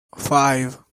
five